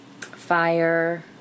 fire